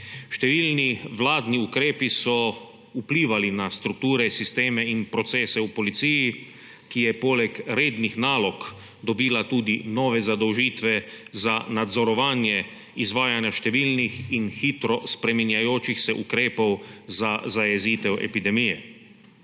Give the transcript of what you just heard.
Številni vladni ukrepi so vplivali na strukture, sisteme in procese v policiji, ki je poleg rednih nalog dobila tudi nove zadolžitve za nadzorovanje izvajanja številnih in hitro spreminjajočih se ukrepov za zajezitev epidemije.